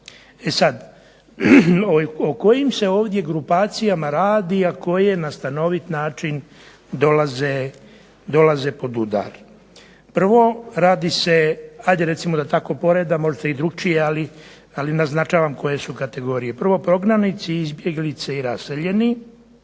E sada, o kojim se ovdje grupacijama radi a koje na stanovit način dolaze pod udar. Prvo, radi se ajde da tako poredam može se i drugačije, ali naznačavam koje su kategorije. Prvo prognanici, izbjeglice i raseljeni.